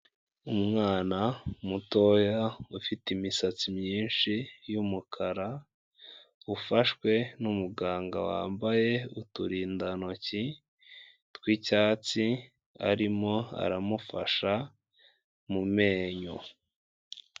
Umwana mutoya ufite imisatsi myinshi y'umukara, ufashwe n'umuganga wambaye uturindantoki tw'icyatsi, arimo aramufasha mu menyo.